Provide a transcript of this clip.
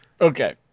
okay